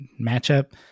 matchup